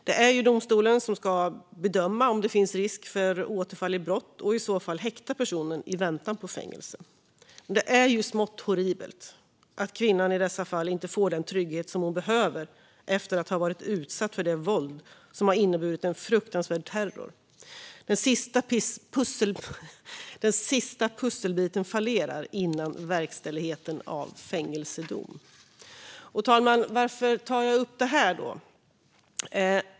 Det är domstolen som ska bedöma om det finns risk för återfall i brott och i så fall häkta personen i väntan på fängelse. Men det är ju smått horribelt att kvinnan i dessa fall inte får den trygghet som hon behöver efter att ha varit utsatt för det våld som inneburit en fruktansvärd terror. Den sista pusselbiten före verkställighet av fängelsedom fallerar. Fru talman! Varför tar jag upp det här?